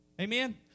Amen